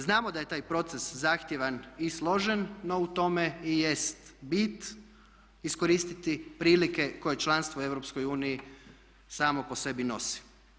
Znamo da je taj proces zahtjevan i složen no u tome i jest bit iskoristiti prilike koje članstvo u Europskoj uniji samo po sebi nosi.